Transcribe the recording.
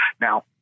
now